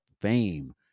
Fame